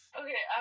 okay